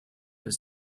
his